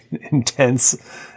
intense